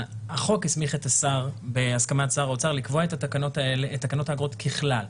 החוק הסמיך את השר בהסכמת שר האוצר לקבוע את תקנות האגרות ככלל,